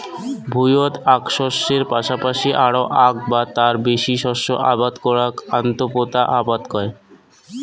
ভুঁইয়ত আক শস্যের পাশাপাশি আরো আক বা তার বেশি শস্য আবাদ করাক আন্তঃপোতা আবাদ কয়